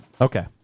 Okay